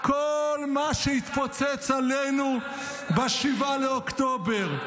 כל מה שהתפוצץ עלינו ב-7 באוקטובר.